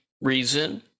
reason